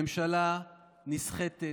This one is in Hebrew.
ממשלה נסחטת,